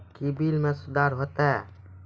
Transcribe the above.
क्या बिल मे सुधार होता हैं?